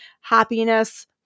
happiness